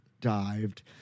dived